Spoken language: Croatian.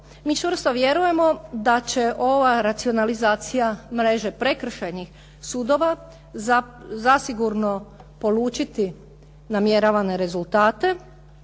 Mi čvrsto vjerujemo da će ova racionalizacija mreže prekršajnih sudova zasigurno polučiti namjeravane rezultate